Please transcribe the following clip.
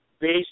based